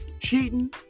cheating